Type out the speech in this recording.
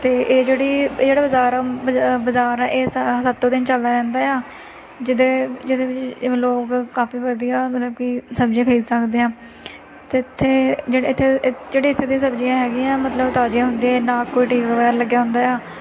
ਅਤੇ ਇਹ ਜਿਹੜੀ ਇਹ ਜਿਹੜਾ ਬਜ਼ਾਰ ਆ ਬਜ਼ ਬਜ਼ਾਰ ਆ ਇਹ ਸਾ ਸੱਤੋਂ ਦਿਨ ਚੱਲਦਾ ਰਹਿੰਦਾ ਆ ਜਿਹਦੇ ਜਿਹਦੇ ਵਿੱਚ ਜਿਵੇਂ ਲੋਕ ਕਾਫੀ ਵਧੀਆ ਮਤਲਬ ਕਿ ਸਬਜ਼ੀਆਂ ਖਰੀਦ ਸਕਦੇ ਆ ਅਤੇ ਇੱਥੇ ਜਿਹੜੇ ਇੱਥੇ ਜਿਹੜੇ ਇੱਥੇ ਦੇ ਸਬਜ਼ੀਆਂ ਹੈਗੀਆਂ ਮਤਲਬ ਤਾਜ਼ੀਆਂ ਹੁੰਦੀਆਂ ਨਾ ਕੋਈ ਟੀਕਾ ਵਗੈਰਾ ਲੱਗਿਆ ਹੁੰਦਾ ਆ